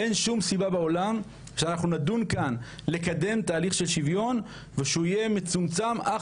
אין שום סיבה בעולם שנדון כאן לקדם שוויון כשהוא יהיה מצומצם אך